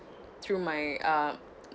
through my uh